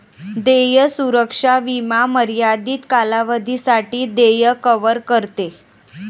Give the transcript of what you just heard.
देय सुरक्षा विमा मर्यादित कालावधीसाठी देय कव्हर करते